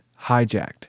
hijacked